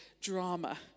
drama